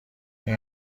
این